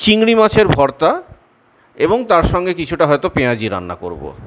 চিংড়ি মাছের ভর্তা এবং তার সঙ্গে কিছুটা হয়তো পেঁয়াজি রান্না করবো